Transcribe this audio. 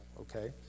okay